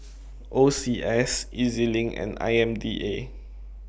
O C S E Z LINK and I M D A